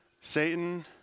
Satan